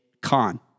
con